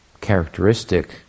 characteristic